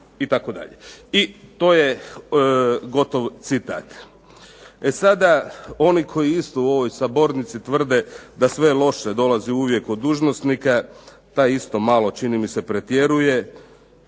na naknadu itd. I to je gotov citat. E sada, oni koji isto u ovoj sabornici tvrde da sve loše dolazi uvijek od dužnosnika taj isto malo čini mi se pretjeruje,